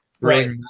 right